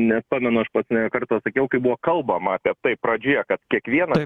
nepamenu aš pats ne kartą sakiau kai buvo kalbama apie tai pradžioje kad kiekvieną